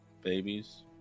Babies